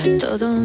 todo